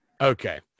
Okay